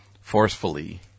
forcefully